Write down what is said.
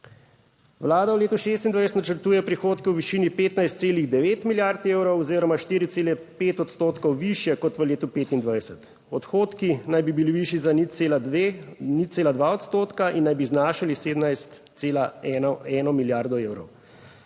Vlada v letu 2026 načrtuje prihodke v višini 15,9 milijard evrov oziroma 4,5 odstotkov višje kot v letu 2025. Odhodki naj bi bili višji za 0,2 odstotka in naj bi znašali 17,11 milijardo evrov.